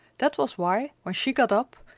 that was why, when she got up,